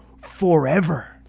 forever